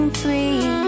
free